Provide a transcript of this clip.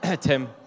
Tim